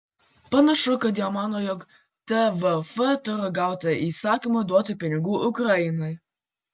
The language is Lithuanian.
panašu kad jie mano jog tvf turi gauti įsakymą duoti pinigų ukrainai